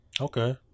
Okay